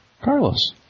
Carlos